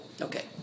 Okay